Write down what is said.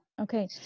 Okay